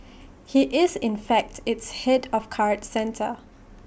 he is in fact its Head of card centre